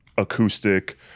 acoustic